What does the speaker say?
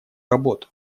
работу